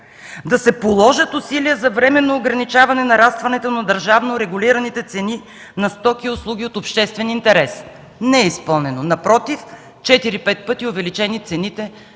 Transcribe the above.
„Да се положат усилия за временно ограничаване нарастването на държавно регулираните цени на стоки и услуги от обществен интерес”. Не е изпълнено. Напротив, четири-пет пъти увеличени цените